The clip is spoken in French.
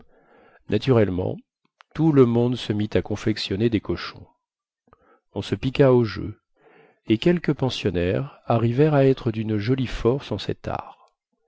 naturellement tout le monde se mit à confectionner des cochons on se piqua au jeu et quelques pensionnaires arrivèrent à être dune jolie force en cet art